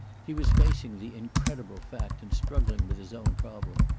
he was facing the incredible fact, and struggling with his own problem.